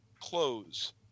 Close